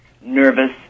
nervous